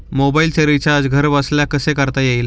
मोबाइलचे रिचार्ज घरबसल्या कसे करता येईल?